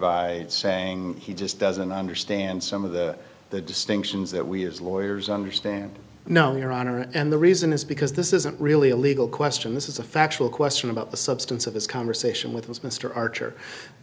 by saying he just doesn't understand some of the distinctions that we as lawyers understand know your honor and the reason is because this isn't really a legal question this is a factual question about the substance of his conversation with us mr archer